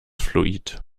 fluid